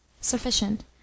Sufficient